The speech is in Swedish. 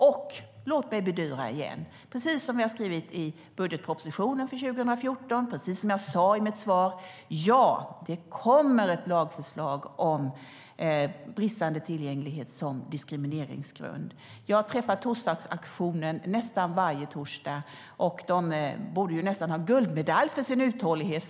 Låt mig åter bedyra det som jag skrivit i budgetpropositionen för 2014 och som jag sade i mitt svar: Ja, det kommer ett lagförslag om bristande tillgänglighet som diskrimineringsgrund. Jag har träffat torsdagsaktionen nästan varje torsdag, och de borde nästan ha guldmedalj för sin uthållighet.